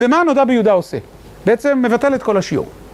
ומה הנודע ביהודה עושה? בעצם מבטל את כל השיעור.